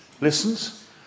listens